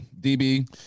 DB